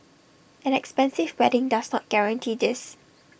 an expensive wedding does not guarantee this